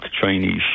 Chinese